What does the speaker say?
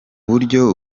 buryo